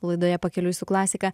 laidoje pakeliui su klasika